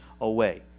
away